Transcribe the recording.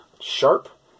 sharp